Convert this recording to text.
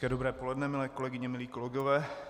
Hezké dobré poledne, milé kolegyně, milí kolegové.